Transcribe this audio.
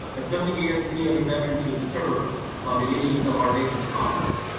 that's nothing against any other veterans who've served um in any of our nation's conflicts,